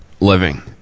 living